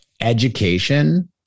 education